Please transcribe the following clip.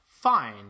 Fine